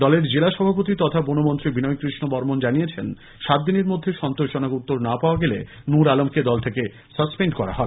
দলের জেলা সভাপতি তথা বনমন্ত্রী বিনয়কৃষ্ণ বর্মণ জানিয়েছেন সাতদিনের মধ্যে সন্তোষজনক উত্তর না পাওয়া গেলে নুল আলমকে দল থেকে সাসপেন্ড করা হবে